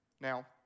Now